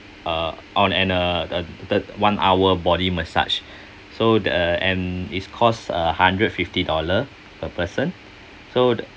uh on and uh the the one hour body massage so the and it's cost uh hundred fifty dollar per person so the